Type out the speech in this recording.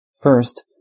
First